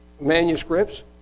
manuscripts